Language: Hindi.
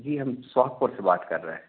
जी हम सोहागपुर से बात कर रहे